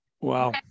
Wow